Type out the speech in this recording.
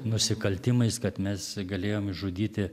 nusikaltimais kad mes galėjom žudyti